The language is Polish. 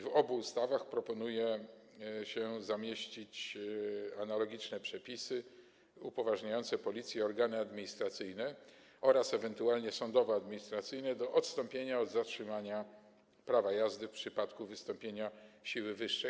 W obu ustawach proponuje się zamieścić analogiczne przepisy upoważniające Policję i organy administracyjne oraz ewentualnie sądowo-administracyjne do odstąpienia od zatrzymania prawa jazdy w przypadku wystąpienia siły wyższej.